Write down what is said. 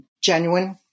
genuine